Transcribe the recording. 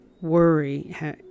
worry